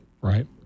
Right